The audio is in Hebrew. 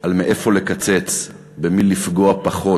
על איפה לקצץ, במי לפגוע פחות.